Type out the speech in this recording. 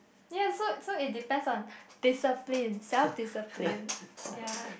ya so so it depends on discipline self discipline ya